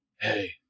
hey